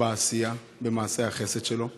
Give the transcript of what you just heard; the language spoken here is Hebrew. היא בעשייה, במעשי החסד שלו לזולת,